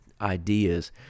ideas